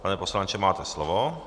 Pane poslanče, máte slovo.